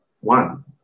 One